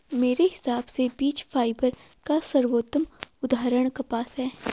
मेरे हिसाब से बीज फाइबर का सर्वोत्तम उदाहरण कपास है